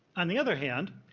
on the other hand,